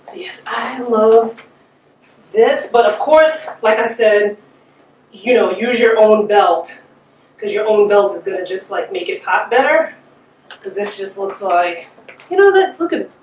so yes, i and love this but of course like i said you know use your own belt because your own build is gonna just like make it hot better cuz this just looks like you know of it look good.